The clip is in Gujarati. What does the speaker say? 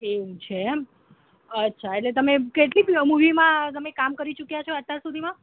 એવું છે એમ અચ્છા એટલે તમે કેટલી મૂવીમાં તમે કામ કરી ચૂક્યા છો અત્યાર સુધીમાં